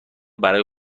برای